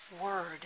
word